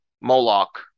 Moloch